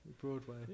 Broadway